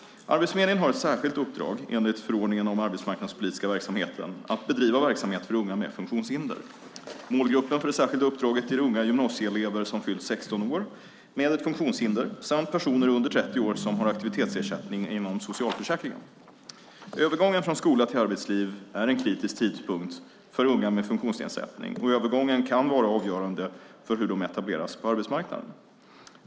Arbetsförmedlingen har ett särskilt uppdrag, enligt förordning om den arbetsmarknadspolitiska verksamheten, att bedriva verksamhet för unga med funktionshinder. Målgruppen för det särskilda uppdraget är unga gymnasieelever som fyllt 16 år med ett funktionshinder och personer under 30 år som har aktivitetsersättning inom socialförsäkringen. Övergången från skola till arbetsliv är en kritisk tidpunkt för unga med funktionsnedsättning, och övergången kan vara avgörande för hur de etableras på arbetsmarknaden.